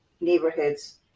neighborhoods